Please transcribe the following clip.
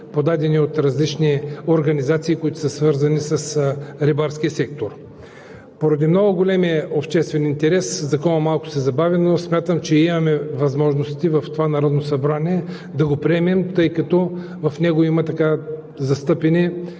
подадени от различни организации, които са свързани с рибарския сектор. Поради много големия обществен интерес Законът малко се забави, но смятам, че имаме възможности в това Народно събрание да го приемем, тъй като в него има застъпени